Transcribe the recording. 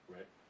Right